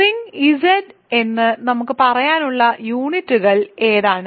ring Z എന്ന് നമുക്ക് പറയാനുള്ള യൂണിറ്റുകൾ ഏതാണ്